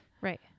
Right